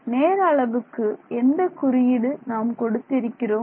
நேர அளவுக்கு எந்த குறியீடு நாம் கொடுத்து இருக்கிறோம்